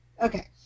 Okay